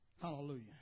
Hallelujah